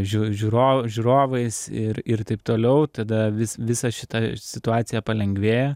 žiūrovų žiūrovais ir ir taip toliau tada visa šita situacija palengvėja